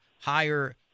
higher